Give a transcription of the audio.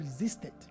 resisted